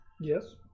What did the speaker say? Yes